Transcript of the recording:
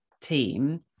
team